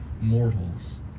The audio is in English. mortals